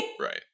right